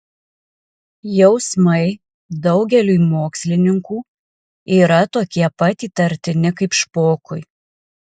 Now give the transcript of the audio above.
jausmai daugeliui mokslininkų yra tokie pat įtartini kaip špokui